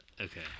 Okay